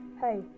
Hey